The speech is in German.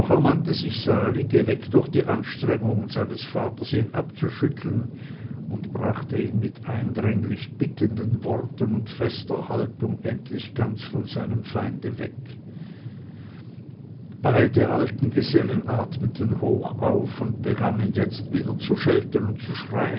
sich sali geweckt durch die anstrengungen seines vaters ihn abzuschütteln und brachte ihn mit eindringlich bittenden worten und fester haltung endlich ganz von seinem feinde weg beide alte gesellen atmeten hoch auf und begannen jetzt wieder zu schelten und zu